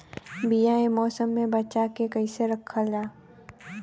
बीया ए मौसम में बचा के कइसे रखल जा?